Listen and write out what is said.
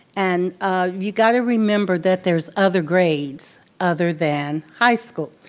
and you gotta remember that there's other grades other than high school.